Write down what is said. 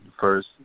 First